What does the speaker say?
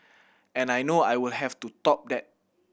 and I know I will have to top that